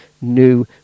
new